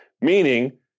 meaning